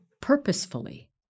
Purposefully